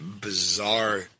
bizarre